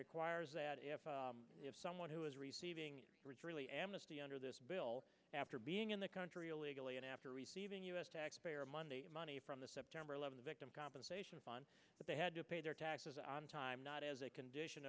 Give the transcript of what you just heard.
requires that if you have someone who is receiving really amnesty under this bill after being in the country illegally and after receiving u s taxpayer money money from the september eleventh victim compensation fund that they had to pay their taxes on time not as a condition